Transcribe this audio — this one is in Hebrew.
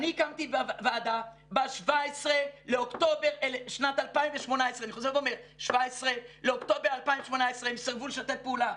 אני הקמתי ועדה ב-17 באוקטובר 2018. הם סירבו לשתף פעולה.